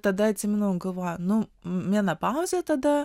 tada atsimenu galvojau nu menopauzė tada